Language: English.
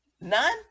none